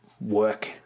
work